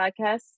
podcast